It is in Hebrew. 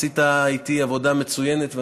עשית איתי עבודה מצוינת,